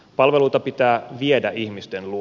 palveluita pitää viedä ihmisten luo